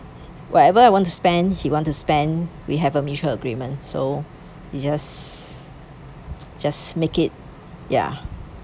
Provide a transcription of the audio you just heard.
whatever I want to spend he want to spend we have a mutual agreement so we just just make it ya mm